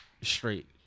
straight